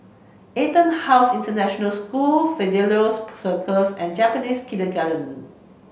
EtonHouse International School Fidelio Circus and Japanese Kindergarten